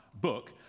book